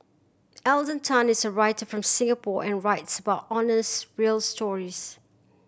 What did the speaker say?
Alden Tan is a writer from Singapore and writes about honest real stories